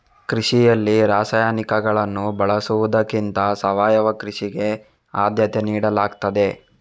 ಕೃಷಿಯಲ್ಲಿ ರಾಸಾಯನಿಕಗಳನ್ನು ಬಳಸುವುದಕ್ಕಿಂತ ಸಾವಯವ ಕೃಷಿಗೆ ಆದ್ಯತೆ ನೀಡಲಾಗ್ತದೆ